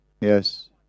Yes